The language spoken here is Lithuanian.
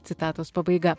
citatos pabaiga